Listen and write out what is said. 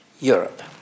Europe